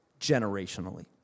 generationally